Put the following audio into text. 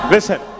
Listen